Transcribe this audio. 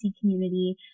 community